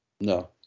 no